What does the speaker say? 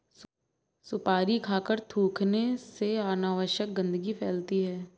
सुपारी खाकर थूखने से अनावश्यक गंदगी फैलती है